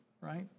right